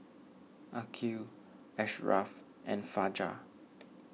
Aqil Ashraff and Fajar